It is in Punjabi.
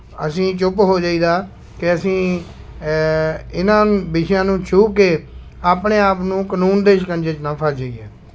ਅਸੀਂ ਚੁੱਪ ਹੋ ਜਾਈਦਾ ਕਿ ਅਸੀਂ ਇਹਨਾਂ ਵਿਸ਼ਿਆਂ ਨੂੰ ਛੂਹ ਕੇ ਆਪਣੇ ਆਪ ਨੂੰ ਕਨੂੰਨ ਦੇ ਸ਼ਿਕੰਜੇ 'ਚ ਨਾ ਫਸ ਜਾਈਏ